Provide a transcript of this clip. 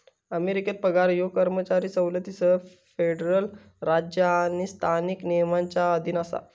अमेरिकेत पगार ह्यो कर्मचारी सवलतींसह फेडरल राज्य आणि स्थानिक नियमांच्या अधीन असा